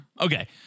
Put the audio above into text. Okay